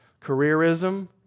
careerism